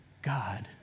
God